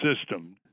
system